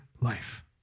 life